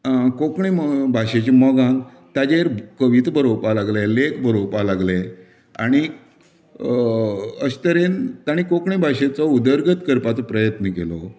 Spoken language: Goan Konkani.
कोंकणी भाशेच्या मोगान ताजेर कविता बरोवपा लागलें लेख बरोवपा लागलें आनीक अशें तरेन तांणी कोंकणी भाशेचो उदरगत करपाचो प्रयत्न केलो